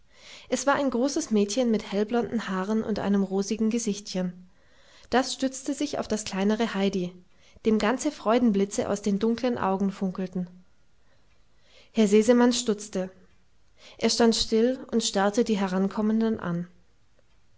es war ein großes mädchen mit hellblonden haaren und einem rosigen gesichtchen das stützte sich auf das kleinere heidi dem ganze freudenblitze aus den dunklen augen funkelten herr sesemann stutzte er stand still und starrte die herankommenden an